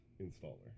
installer